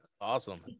Awesome